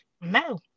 No